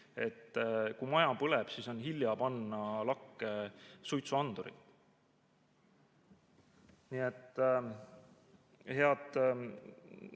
et kui maja põleb, siis on hilja panna lakke suitsuandurit. Nii et, head